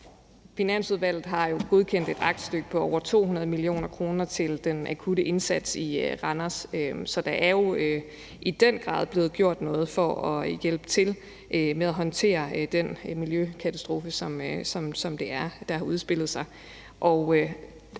Finansudvalget har godkendt et aktstykke på over 200 mio. kr. til den akutte indsats i Randers. Så der er jo i den grad blevet gjort noget for at hjælpe til med at håndtere den miljøkatastrofe, som der har udspillet sig.